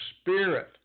Spirit